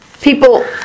people